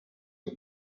连续剧